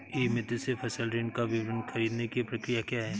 ई मित्र से फसल ऋण का विवरण ख़रीदने की प्रक्रिया क्या है?